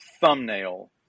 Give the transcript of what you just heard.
thumbnail